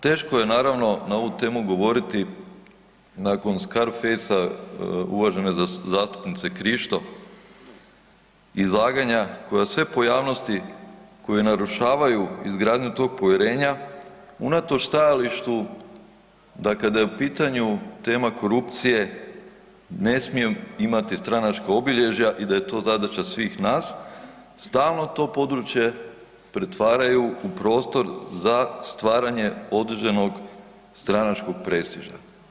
Teško je naravno na ovu temu govoriti nakon Scarfacea uvažene zastupnice Krišto izlaganja koja sve pojavnosti koje narušavaju izgradnju tog povjerenja, unatoč tog povjerenja, unatoč stajalištu da kada je u pitanju tema korupcije, ne smije imati stranačka obilježja i da je to zadaća svih nas, stalno to područje pretvaraju u prostor za stvaranje određenog stranačkog prestiža.